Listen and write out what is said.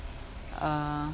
uh